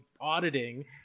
auditing